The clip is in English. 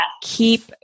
keep